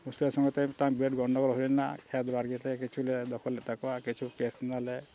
ᱢᱩᱥᱠᱤᱞ ᱥᱚᱸᱜᱮ ᱛᱮ ᱢᱤᱫᱴᱟᱝ ᱵᱮᱰ ᱜᱚᱱᱰᱳᱜᱳᱞ ᱦᱩᱭ ᱞᱮᱱᱟ ᱠᱷᱮᱛ ᱵᱟᱲᱜᱮ ᱛᱮ ᱠᱤᱪᱷᱩᱞᱮ ᱫᱚᱠᱷᱚᱞ ᱞᱮᱫ ᱛᱟᱠᱚᱣᱟ ᱠᱤᱪᱷᱩ ᱠᱮᱥ ᱮᱱᱟᱞᱮ